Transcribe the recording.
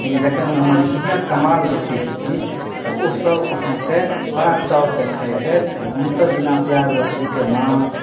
लेकिन जखन ओहिमे हमर हिंगक कमाल देखयै छथिन तऽ ओ सब अहाँके बरा चाव सॅं खाइ छथि हमतऽ बिना प्याज लहसुन के माँछ